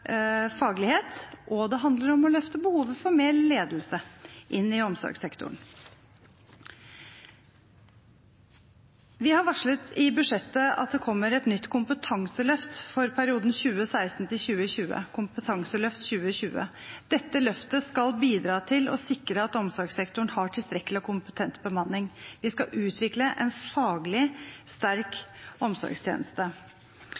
faglighet, og det handler om å løfte behovet for mer ledelse inn i omsorgssektoren. Vi har varslet i budsjettet at det kommer et nytt kompetanseløft for perioden 2016–2020, Kompetanseløftet 2020. Dette løftet skal bidra til å sikre at omsorgssektoren har tilstrekkelig og kompetent bemanning. De skal utvikle en faglig